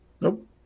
Nope